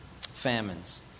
famines